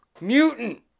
Mutant